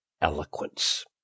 eloquence